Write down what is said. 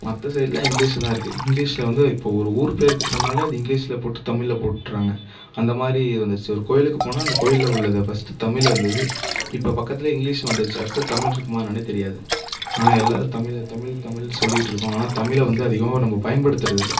மற்ற சைடில் இங்கிலீஷில் தான் இருக்குது இங்கிலீஷில் வந்து இப்போது ஒரு ஊர் பேருக்கு போனாலே அது இங்கிலீஷில் போட்டு தமிழ்ல போட்டுடுறாங்க அந்தமாதிரி வந்துடுச்சு ஒரு கோயிலுக்கு போனால் அந்த கோயிலில் உள்ளதை ஃபர்ஸ்ட் தமிழ்ல இருந்தது இப்போது பக்கத்துலேயே இங்கிலீஷ் வந்துடுச்சு அடுத்து தமிழ் இருக்குமா என்னென்னே தெரியாது ஆனால் எல்லாேரும் தமிழ் தமிழ் தமிழ்னு சொல்லிகிட்டு இருக்கோம் ஆனால் தமிழ்ல வந்து அதிகமாக நம்ம பயன்படுத்துகிறது இல்லை